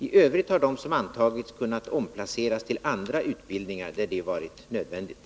I övrigt har de som antagits kunnat omplaceras till andra utbildningar, där detta varit nödvändigt.